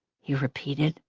he repeated,